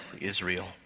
Israel